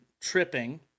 tripping